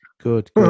good